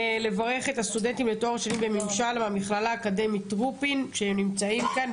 לברך את הסטודנטים לתואר שני בממשל ומהכללה האקדמית רופין שנמצאים כאן,